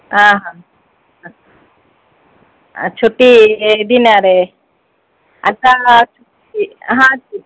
ଆହା ଆ ଛୁଟି ଦିନରେ ଆଛା ଛୁଟି ହଁ